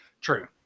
True